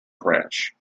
crash